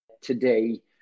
today